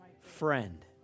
friend